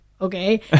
okay